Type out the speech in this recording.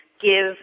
give